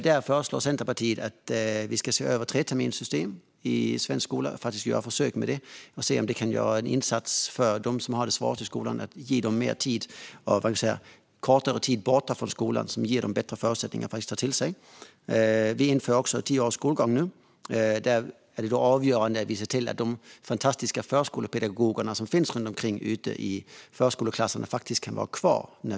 Där föreslår Centerpartiet att vi ska göra ett försök med ett treterminssystem i svensk skola och se om det kan innebära en insats för dem som har det svårt, det vill säga kortare tid borta från skolan så att de får bättre förutsättningar att ta till sig undervisningen. Vi inför nu tio års skolgång. Det avgörande är att de fantastiska förskolepedagogerna i förskoleklasserna kan vara kvar.